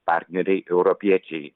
partneriai europiečiai